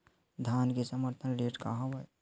धान के समर्थन रेट का हवाय?